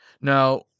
Now